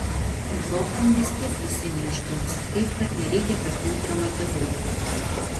europon vis tiek visi neišdums taip kad nereikia per daug dramatizuoti